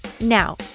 Now